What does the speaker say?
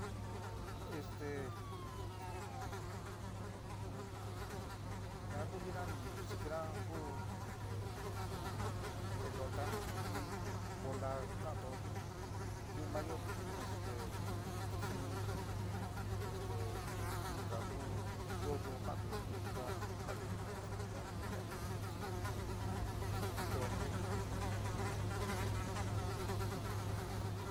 Este na lulina ni isikinaá ku esté pelotá xi bolá ka'antoo jiin yuú maáyo este suni este inka ku yoo'yo kantu jin inka ja luli ñua suni ñua ni jatain ni kusikina na lulina trompo suni ñua ni jitain ni na na lulina suni.